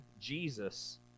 Jesus